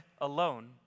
alone